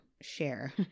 share